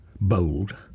bold